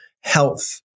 health